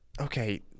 Okay